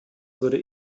würde